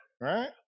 right